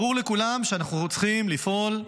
ברור לכולם שאנחנו צריכים לפעול,